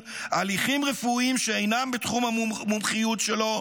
הליכים רפואיים שאינם בתחום המומחיות שלו,